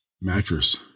mattress